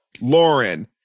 Lauren